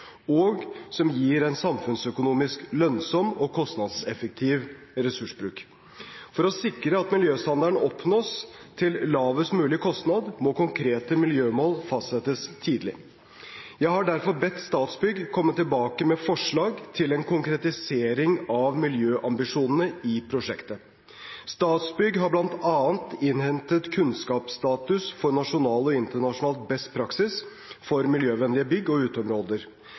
som gir en samfunnsøkonomisk lønnsom og kostnadseffektiv ressursbruk. For å sikre at miljøstandarden oppnås til lavest mulig kostnad, må konkrete miljømål fastsettes tidlig. Jeg har derfor bedt Statsbygg komme tilbake med forslag til en konkretisering av miljøambisjonene i prosjektet. Statsbygg har bl.a. innhentet kunnskapsstatus for nasjonal og internasjonal beste praksis for miljøvennlige bygg og uteområder.